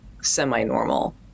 semi-normal